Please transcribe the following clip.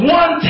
one